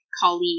colleague